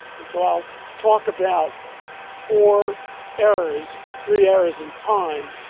and so, i'll talk about four eras, three eras in time,